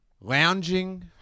Lounging